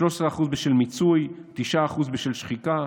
13% בשל מיצוי, 9% בשל שחיקה,